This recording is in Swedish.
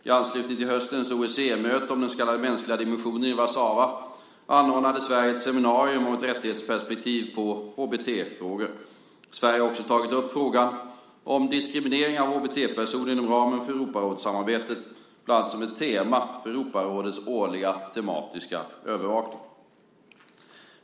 I anslutning till höstens OSSE-möte om den så kallade mänskliga dimensionen i Warszawa anordnade Sverige ett seminarium om ett rättighetsperspektiv på HBT-frågor. Sverige har också tagit upp frågan om diskriminering av HBT-personer inom ramen för Europarådssamarbetet, bland annat som ett tema för Europarådets årliga tematiska övervakning.